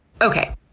Okay